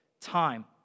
time